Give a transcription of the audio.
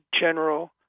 general